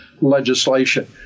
legislation